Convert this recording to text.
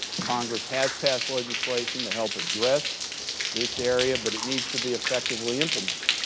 congress has passed legislation to help address this area, but it needs to be effectively implemented.